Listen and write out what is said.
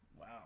Wow